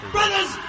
Brothers